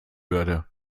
würde